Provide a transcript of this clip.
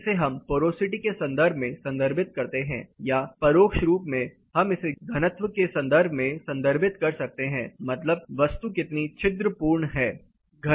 हम इसे पोरोसिटी के संदर्भ में संदर्भित कर सकते हैं या परोक्ष रूप से हम इसे घनत्व के संदर्भ में संदर्भित कर सकते हैं मतलब वस्तु कितनी छिद्रपूर्ण है